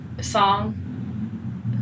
song